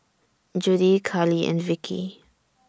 Judie Carli and Vickie